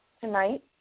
tonight